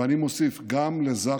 ואני מוסיף, גם לזק"א,